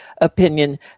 opinion